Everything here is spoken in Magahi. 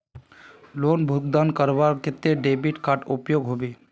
लोन भुगतान करवार केते डेबिट कार्ड उपयोग होबे?